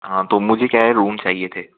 हाँ तो मुझे क्या है रूम चाहिए थे